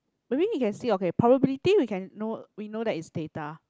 maybe you can see okay probability we can know we know that is data